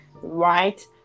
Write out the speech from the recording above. right